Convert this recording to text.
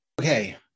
Okay